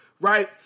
right